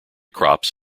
crops